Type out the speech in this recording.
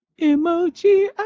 Emoji